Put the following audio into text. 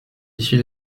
issus